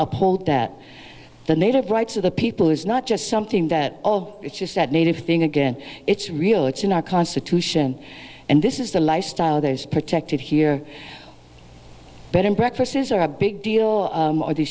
uphold that the native rights of the people is not just something that it's just that native thing again it's real it's in our constitution and this is the lifestyle that is protected here bed and breakfast is our big deal or the